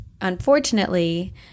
unfortunately